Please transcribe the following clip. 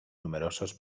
numerosos